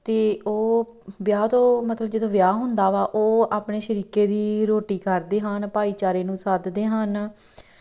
ਅਤੇ ਉਹ ਵਿਆਹ ਤੋਂ ਮਤਲਬ ਜਦੋਂ ਵਿਆਹ ਹੁੰਦਾ ਵਾ ਉਹ ਆਪਣੇ ਸ਼ਰੀਕੇ ਦੀ ਰੋਟੀ ਕਰਦੇ ਹਨ ਭਾਈਚਾਰੇ ਨੂੰ ਸੱਦਦੇ ਹਨ